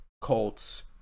Colts